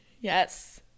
Yes